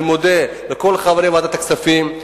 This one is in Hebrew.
אני מודה לכל חברי ועדת הכספים,